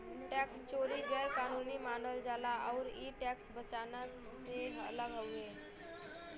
tax चोरी गैर कानूनी मानल जाला आउर इ टैक्स बचाना से अलग हउवे